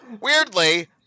Weirdly